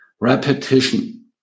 Repetition